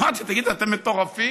אמרתי: תגידו, אתם מטורפים?